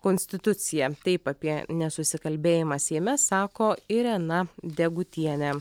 konstituciją taip apie nesusikalbėjimą seime sako irena degutienė